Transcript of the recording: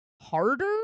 harder